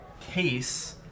case